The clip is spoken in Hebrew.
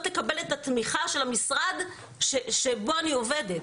לקבל את התמיכה של המשרד שבו אני עובדת,